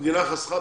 המדינה חסכה,